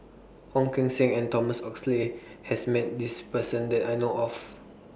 Ong Keng Sen and Thomas Oxley has Met This Person that I know of